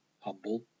humble